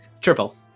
Triple